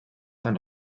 dann